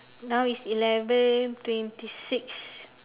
now is eleven twenty six